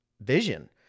vision